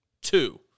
Two